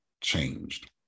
changed